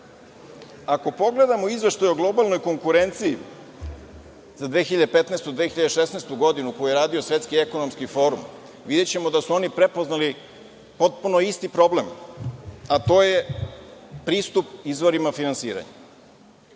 pogledamo izveštaj o globalnoj konkurenciji za 2015/16 godinu, koji je radio Svetski ekonomski forum, videćemo da su oni prepoznali potpuno isti problem, a to je pristup izvorima finansiranja.